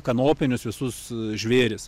kanopinius visus žvėris